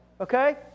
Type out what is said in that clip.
Okay